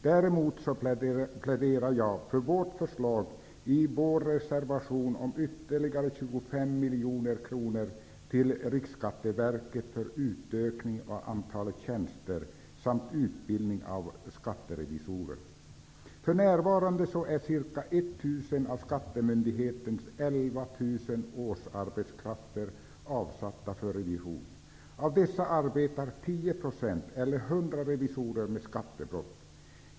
Däremot pläderar jag för vårt förslag i vår reservation om ytterligare 25 miljoner kronor till Riksskatteverket för utökning av antalet tjänster samt utbildning av skatterevisorer. 11 000 årsarbetskrafter avsatta för revision. Av dessa arbetar 10 % eller 100 revisorer med skattebrott.